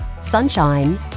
sunshine